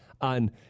on